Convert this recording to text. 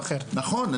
נכון.